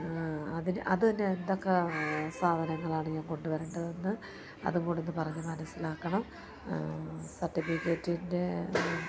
അതിന് അതിന് എന്തൊക്കെ സാധനകളാണ് ഞാൻ കൊണ്ടുവരേണ്ടതെന്ന് അതുംകൂടെയെന്നു പറഞ്ഞു മനസ്സിലാക്കണം സർട്ടിഫിക്കറ്റിൻ്റെ